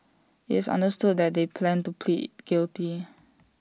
IT is understood that they plan to plead guilty